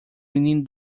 menino